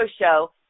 show